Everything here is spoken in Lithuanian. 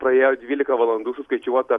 praėjo dvylika valandų suskaičiuota